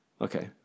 Okay